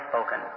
spoken